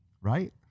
Right